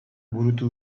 burutu